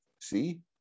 See